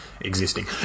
Existing